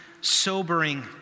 sobering